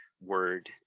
word